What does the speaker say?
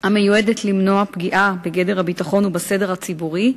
המיועדת למנוע פגיעה בגדר הביטחון ובסדר הציבורי,